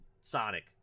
Sonic